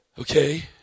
Okay